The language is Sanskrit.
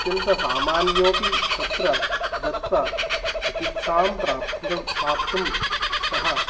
अत्यन्तसामान्योऽपि तत्र गत्वा चिकित्सां प्राप्तु प्राप्तुं सः